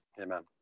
Amen